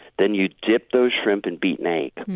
then you dip those shrimp in beaten egg.